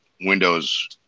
windows